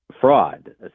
fraud